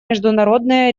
международной